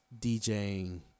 DJing